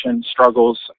struggles